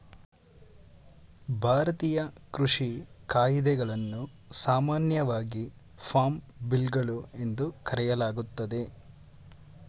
ಭಾರತೀಯ ಕೃಷಿ ಕಾಯಿದೆಗಳನ್ನು ಸಾಮಾನ್ಯವಾಗಿ ಫಾರ್ಮ್ ಬಿಲ್ಗಳು ಎಂದು ಕರೆಯಲಾಗ್ತದೆ